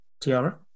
tiara